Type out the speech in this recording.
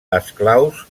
esclaus